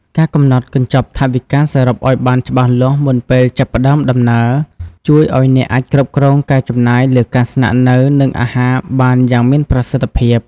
ការកំណត់កញ្ចប់ថវិកាសរុបឱ្យបានច្បាស់លាស់មុនពេលចាប់ផ្តើមដំណើរ ជួយឱ្យអ្នកអាចគ្រប់គ្រងការចំណាយលើការស្នាក់នៅ និងអាហារបានយ៉ាងមានប្រសិទ្ធភាព។